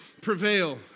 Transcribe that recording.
prevail